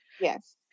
Yes